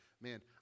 Man